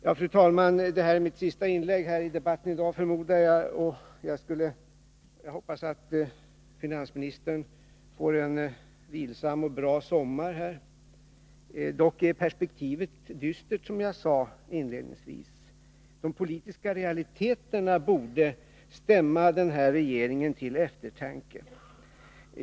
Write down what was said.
Jag förmodar att detta är mitt sista inlägg i debatten i dag, och jag hoppas att finansministern får en vilsam och bra sommar. Perspektivet är dock dystert, som jag sade inledningsvis. De politiska realiteterna borde stämma den här regeringen till eftertanke.